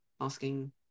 asking